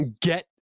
get